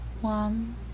One